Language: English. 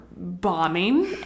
bombing